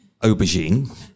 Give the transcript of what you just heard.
aubergine